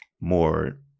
more